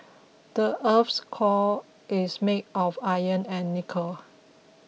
the earth's core is made of iron and nickel